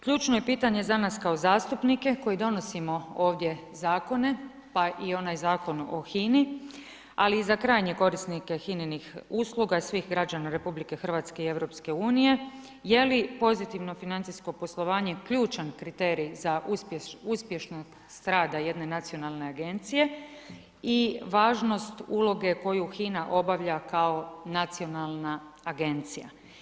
Ključno je pitanje, za nas kao zastupnike, koji donosimo ovdje zakone, pa i onaj Zakon o HINA-i, ali i za krajnje korisnike HINA-inih usluga i svih građana RH i EU, jer li pozitivno financijsko poslovanje ključan kriterij za uspješno strada jedne nacionalne agencije i važnost uloge koju HINA obavlja kao nacionalna agencija.